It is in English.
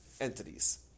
entities